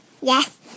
Yes